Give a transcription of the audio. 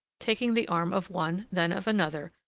taking the arm of one, then of another,